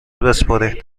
بسپرین